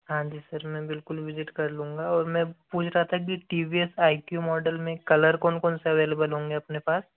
हाँ जी सर में बिल्कुल विज़िट कर लूँगा और मैं पूछ रहा था कि T V S iQube model में कलर कौन कौन से अवेलेबल होंगे अपने पास